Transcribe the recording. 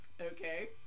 Okay